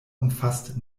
umfasst